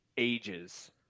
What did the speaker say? ages